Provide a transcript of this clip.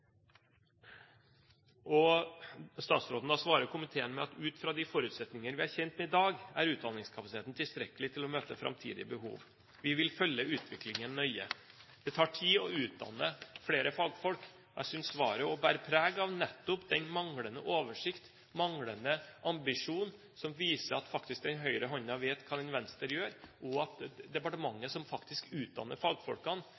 Statsråden svarer komiteen med: «Ut fra de forutsetninger vi er kjent med i dag, er utdanningskapasiteten tilstrekkelig til å møte framtidige behov. Vi vil følge utviklingen nøye.» Det tar tid å utdanne flere fagfolk, men jeg synes svaret bærer preg av nettopp en manglende oversikt og en manglende ambisjon. Man burde vise at den høyre hånden vet hva den venstre gjør, og at